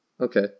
Okay